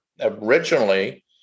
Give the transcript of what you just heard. originally